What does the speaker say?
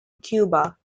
cuba